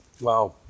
Wow